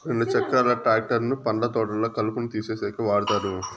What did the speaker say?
రెండు చక్రాల ట్రాక్టర్ ను పండ్ల తోటల్లో కలుపును తీసేసేకి వాడతారు